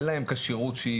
אין להם כשירות שהיא